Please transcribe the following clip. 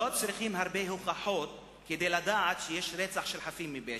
לא צריך הרבה הוכחות כדי לדעת שיש רצח של חפים מפשע,